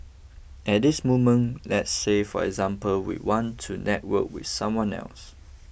at this moment let's say for example we want to network with someone else